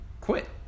quit